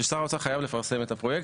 ששר האוצר חייב לפרסם את הפרויקט,